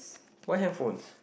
why handphones